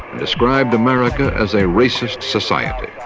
described america as a racist society.